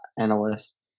analysts